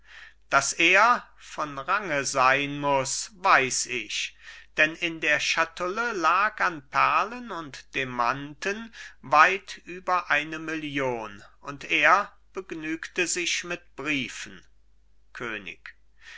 daß er von range sein muß weiß ich denn in der schatulle lag an perlen und demanten weit über eine million und er begnügte sich mit briefen könig